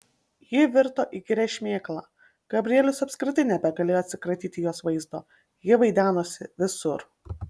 ji virto įkyria šmėkla gabrielius apskritai nebegalėjo atsikratyti jos vaizdo ji vaidenosi visur